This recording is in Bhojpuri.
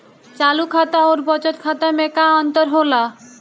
चालू खाता अउर बचत खाता मे का अंतर होला?